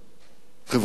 חברה חזקה.